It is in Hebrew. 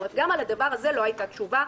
זאת אומרת שגם על הדבר הזה לא הייתה תשובה,